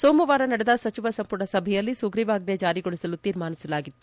ಸೋಮವಾರ ನಡೆದ ಸಚಿವ ಸಂಪುಟ ಸಭೆಯಲ್ಲಿ ಸುಗ್ರೀವಾಜ್ಞೆ ಜಾರಿಗೊಳಿಸಲು ತೀರ್ಮಾನಿಸಲಾಗಿತ್ತು